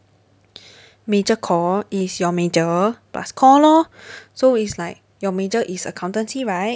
major core is your major plus core lor so it's like your major is accountancy right